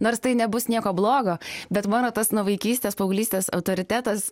nors tai nebus nieko blogo bet mano tas nuo vaikystės paauglystės autoritetas